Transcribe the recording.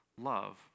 love